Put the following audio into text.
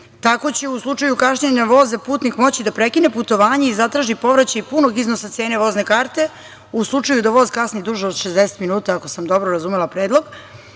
će u slučaju kašnjenja voza putnik moći da prekine putovanje i zatraži povraćaj punog iznosa cene vozne karte u slučaju da voz kasni duže od 60 minuta, ako sam dobro razumela predlog.